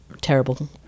terrible